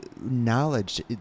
knowledge